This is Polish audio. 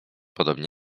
podobnie